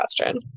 question